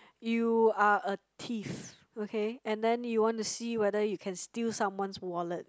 you are a thief okay and then you wanna see whether you can steal someone's wallet